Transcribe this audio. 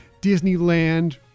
Disneyland